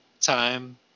time